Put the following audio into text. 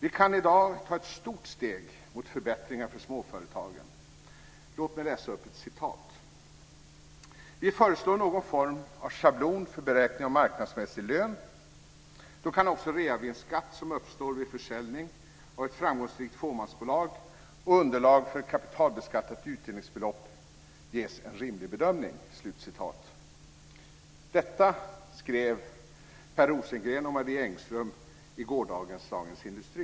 Vi kan i dag ta ett stort steg mot förbättringar för småföretagen. Låt mig citera följande: "Vi föreslår någon form av schablon för beräkning av marknadsmässig lön. Då kan också reavinstskatt som uppstår vid försäljning av ett framgångsrikt fåmansbolag och underlag för ett kapitalbeskattat utdelningsbelopp ges en rimlig bedömning." Detta skrev Per Rosengren och Marie Engström i gårdagens Dagens Industri.